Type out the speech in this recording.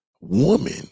woman